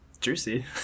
Juicy